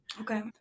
Okay